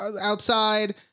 outside